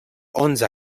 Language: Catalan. onze